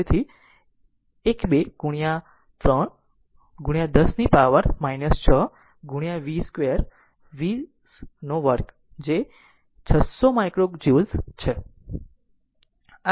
તેથી 12 3 10 થી power 6 v 2 20 2 જે 600 માઇક્રો જ્યુલ્સ છે